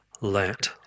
Let